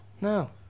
No